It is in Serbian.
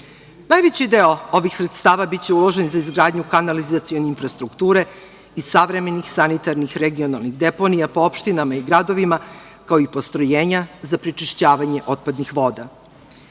Najveći deo ovih sredstava biće uložen za izgradnju kanalizacione infrastrukture i savremenih sanitarnih regionalnih deponija po opštinama i gradovima, kao i postrojenja za prečišćavanje otpadnih voda.